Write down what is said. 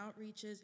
outreaches